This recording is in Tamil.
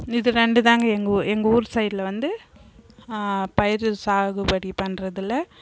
இது ரெண்டுதாங்க எங்கள் ஊர் எங்கள் ஊர் சைடில் வந்து பயிர் சாகுபடி பண்றதில்